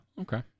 Okay